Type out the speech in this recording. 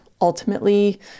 ultimately